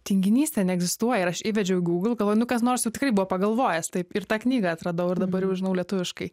tinginystė neegzistuoja ir aš įvedžiau į google galvoju nu kas nors jau tikrai buvo pagalvojęs taip ir tą knygą atradau ir dabar jau žinau lietuviškai